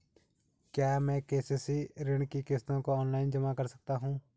क्या मैं के.सी.सी ऋण की किश्तों को ऑनलाइन जमा कर सकता हूँ?